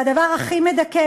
והדבר הכי מדכא,